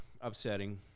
upsetting